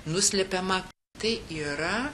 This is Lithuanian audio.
nuslepiama tai yra